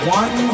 one